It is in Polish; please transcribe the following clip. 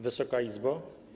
Wysoka Izbo!